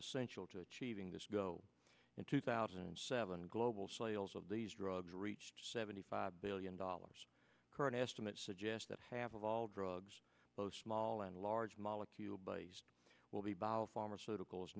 essential to achieving this go in two thousand and seven global sales of these drugs reached seventy five billion dollars current estimates suggest that half of all drugs both small and large molecules will be by pharmaceuticals